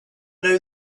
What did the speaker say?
know